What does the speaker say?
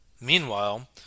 Meanwhile